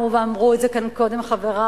ואמרו את זה כאן קודם חברי,